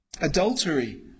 Adultery